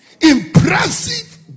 impressive